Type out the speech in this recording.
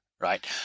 Right